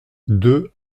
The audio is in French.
deux